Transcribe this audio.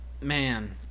man